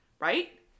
Right